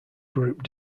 group